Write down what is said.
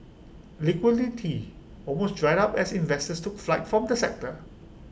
liquidity almost dried up as investors took flight from the sector